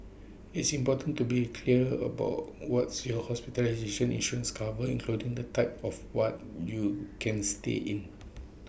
it's important to be clear about what's your hospitalization insurance covers including the type of what you can stay in